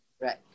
Right